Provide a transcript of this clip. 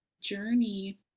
journey